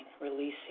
releasing